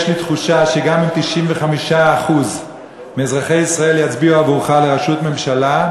יש לי תחושה שגם אם 95% מאזרחי ישראל יצביעו עבורך לראשות ממשלה,